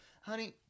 Honey –